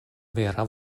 vera